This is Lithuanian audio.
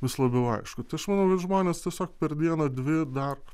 vis labiau aišku tai aš manau kad žmonės tiesiog per dieną dvi dar